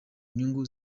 nyungu